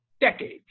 decades